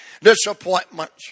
disappointments